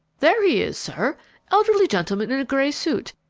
there he is, sir elderly gentleman in a grey suit,